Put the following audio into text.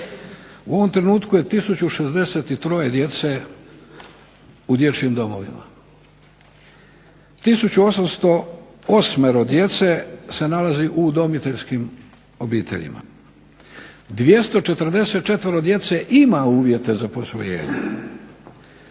U ovom trenutku je 1063 djece u dječjim domovima. 1808 djece se nalazi u udomiteljskim obiteljima, 244 djece ima uvjete za posvojenje.